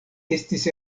estis